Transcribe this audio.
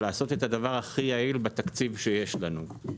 לעשות את הדבר הכי יעיל בתקציב שיש לנו.